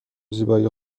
زیبایی